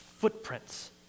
footprints